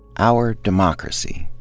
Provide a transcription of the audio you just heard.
our democracy.